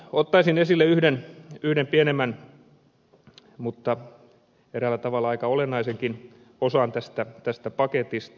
ottaisin esille yhden pienemmän mutta eräällä tavalla aika olennaisenkin osan tästä paketista